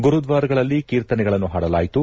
ಗುರುದ್ವಾರಗಳಲ್ಲಿ ಕೀರ್ತನೆಗಳನ್ನು ಹಾಡಲಾಯಿತು